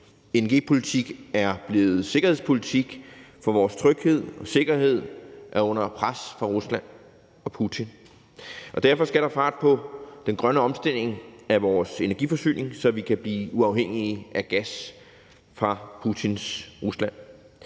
Energipolitik er blevet sikkerhedspolitik, for vores tryghed og sikkerhed er under pres fra Rusland og Putin. Derfor skal der fart på den grønne omstilling af vores energiforsyning, så vi kan blive uafhængige af gas fra Putins Rusland.